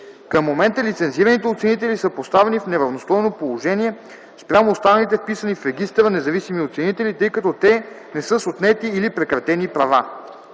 Към момента лицензираните оценители са поставени в неравностойно положение спрямо останалите вписани в регистъра независими оценители, тъй като те не са с отнети или прекратени права.